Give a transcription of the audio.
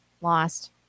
lost